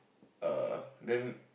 err then